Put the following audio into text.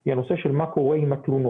היא הנושא של מה קורה עם התלונות.